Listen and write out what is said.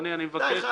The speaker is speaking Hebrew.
אדוני, אני מבקש,